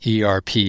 ERP